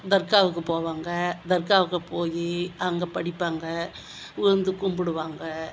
தர்காவுக்கு போவாங்க தர்காவுக்கு போய் அங்கே படிப்பாங்க விழுந்து கும்பிடுவாங்க